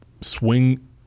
swing